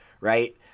right